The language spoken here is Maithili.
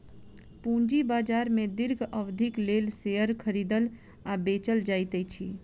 पूंजी बाजार में दीर्घ अवधिक लेल शेयर खरीदल आ बेचल जाइत अछि